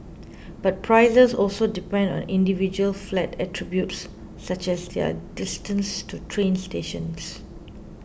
but prices also depend on individual flat attributes such as their distance to train stations